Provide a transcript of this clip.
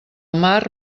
mar